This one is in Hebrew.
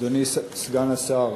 אדוני סגן השר,